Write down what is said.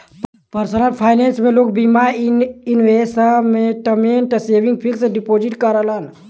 personal finance में लोग बीमा, इन्वेसमटमेंट, सेविंग, फिक्स डिपोजिट करलन